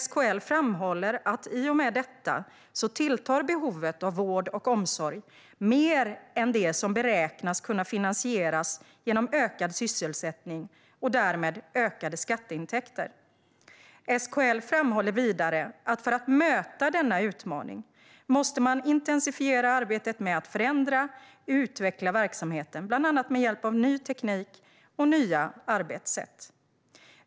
SKL framhåller att i och med detta tilltar behovet av vård och omsorg mer än det som beräknas kunna finansieras genom ökad sysselsättning och därmed ökade skatteintäkter. SKL framhåller vidare att för att möta denna utmaning måste man intensifiera arbetet med att förändra och utveckla verksamheten, bland annat med hjälp av ny teknik och nya arbetssätt.